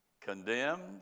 condemned